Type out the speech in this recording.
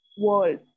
world